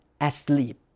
asleep